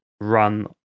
run